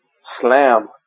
slam